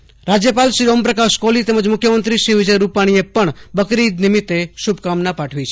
રાજ્યપાલ શ્રી ઓમપ્રકાશ કોહલી તેમજ મુખ્યમંત્રી શ્રી વિજયભાઇ રૂપાણી એ પણ બકરી ઇદ નિમિત્તે શુભકામના પાઠવી છે